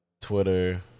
Twitter